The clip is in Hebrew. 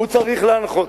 הוא צריך להנחות.